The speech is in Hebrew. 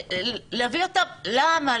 למה?